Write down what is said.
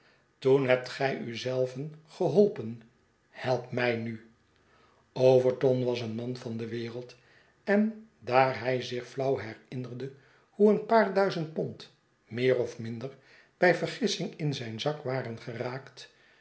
toen hebt gij u zelven geholpen help mij nu overton was een man van de wereld en daar hij zich flauw herinnerde hoe een paar duizend pond meer of minder bij vergissing in zijn zak waren geraakt